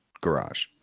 garage